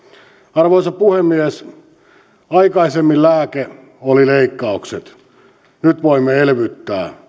arvoisa puhemies aikaisemmin lääkkeenä olivat leikkaukset nyt voimme elvyttää